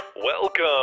Welcome